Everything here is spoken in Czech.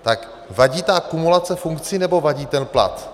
Tak vadí ta kumulace funkcí, nebo vadí ten plat?